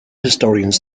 historians